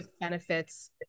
benefits